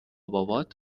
بابات